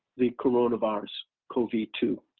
the coronavirus, cov two.